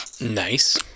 Nice